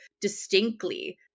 distinctly